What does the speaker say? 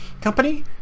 company